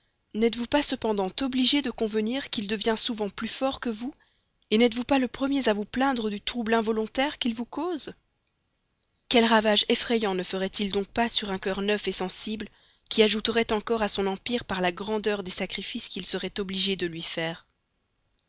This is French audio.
n'êtes-vous pas cependant obligé de convenir qu'il devient souvent plus fort que vous n'êtes-vous pas le premier à vous plaindre du trouble involontaire qu'il vous cause quel ravage effrayant ne ferait-il donc pas sur un cœur neuf sensible qui ajouterait encore à son empire par la grandeur des sacrifices qu'il serait obligé de lui faire